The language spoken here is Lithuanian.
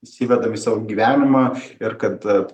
įsivedam į savo gyvenimą ir kad